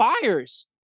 buyers